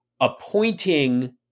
appointing